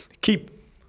keep